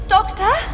Doctor